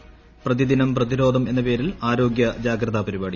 പ്രതിദിനം പ്രതിരോധൂർ എന്ന പേരിൽ ആരോഗ്യ ജാഗ്രതാ പരിപാടി